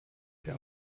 der